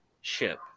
ship